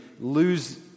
lose